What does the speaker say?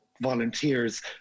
volunteers